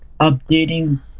updating